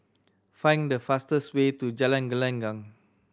find the fastest way to Jalan Gelenggang